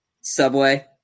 Subway